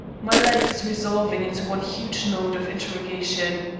my life is resolving into one huge note of interrogation.